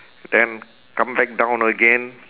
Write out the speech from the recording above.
then come back down again